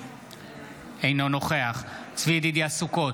אינו נוכח צבי ידידיה סוכות,